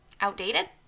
outdated